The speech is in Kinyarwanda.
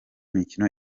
mikino